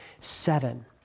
Seven